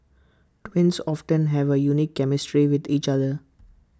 twins often have A unique chemistry with each other